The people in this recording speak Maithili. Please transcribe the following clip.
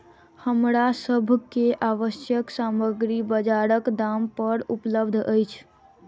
हमरा सभ के आवश्यक सामग्री बजारक दाम पर उपलबध अछि